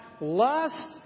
lust